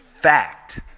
fact